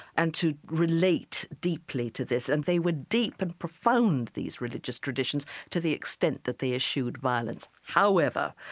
and to relate deeply to this. and they were deep and profound, these religious traditions, to the extent that they eschewed violence however,